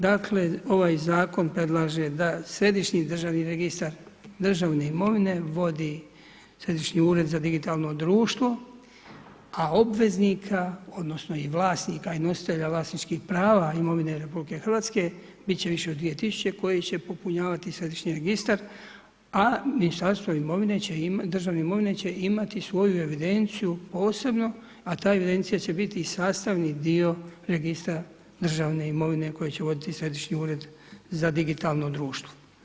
Dakle ovaj zakon predlaže da Središnji državni registar državne imovine vodi Središnji ured za digitalno društvo a obveznika odnosno i vlasnika i nositelja vlasničkih prava imovine RH biti će više od 2000 koji će popunjavati središnji registar a Ministarstvo državne imovine će imati svoju evidenciju posebno a ta evidencija će biti i sastavni dio registra državne imovine koji će voditi Središnji ured za digitalno društvo.